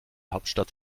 hauptstadt